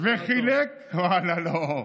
ואללה, לא.